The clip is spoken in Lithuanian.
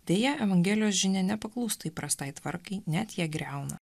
deja evangelijos žinia nepaklūsta įprastai tvarkai net ją griauna